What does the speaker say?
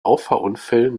auffahrunfällen